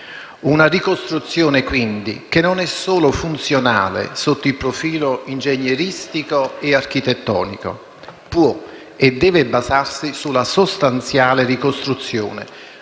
Una ricostruzione che non sia solo funzionale sotto il profilo ingegneristico e architettonico può e deve basarsi sulla sostanziale ricostruzione